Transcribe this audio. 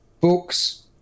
books